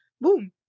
boom